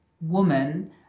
woman